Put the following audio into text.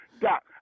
Doc